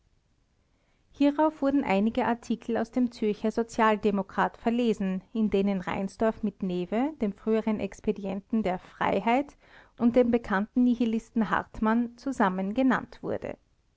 hierauf wurden einige artikel aus dem züricher sozialdemokrat verlesen in denen reinsdorf mit neve dem früheren expedienten der freiheit und dem bekannten nihilisten hartmann zusammen genannt wurde